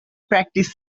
practice